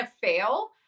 fail